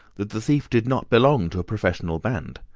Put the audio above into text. that the thief did not belong to a professional band.